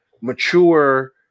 mature